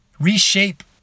reshape